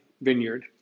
vineyard